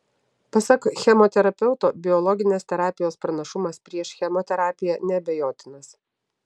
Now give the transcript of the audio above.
pasak chemoterapeuto biologinės terapijos pranašumas prieš chemoterapiją neabejotinas